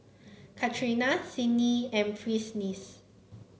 Catrina Sydni and Prentiss